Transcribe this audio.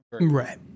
right